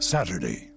Saturday